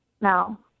now